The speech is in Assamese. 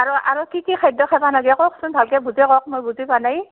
আৰু আৰু কি কি খাদ্য খাব নোৱাৰি কওকচোন ভালকৈ বুজাই কওক মই বুজি পোৱা নাই